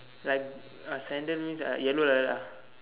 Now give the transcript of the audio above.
like uh sandal means like yellow like that ah